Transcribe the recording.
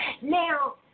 Now